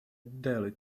daly